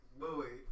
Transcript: boy